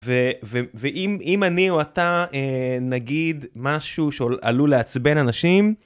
ואם אני או אתה נגיד משהו שעלול לעצבן אנשים.